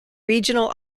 regional